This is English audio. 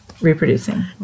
Reproducing